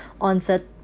Onset